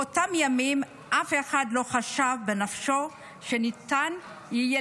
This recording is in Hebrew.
באותם ימים אף אחד לא חשב בנפשו שניתן יהיה